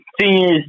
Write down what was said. seniors